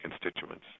constituents